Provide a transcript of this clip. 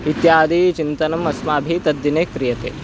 इत्यादि चिन्तनम् अस्माभिः तद्दिने क्रियते